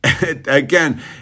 again